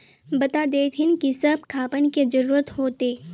बता देतहिन की सब खापान की जरूरत होते?